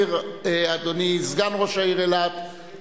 ובלבד שנצמחה או הופקה בעיר אילת.